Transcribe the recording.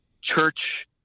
church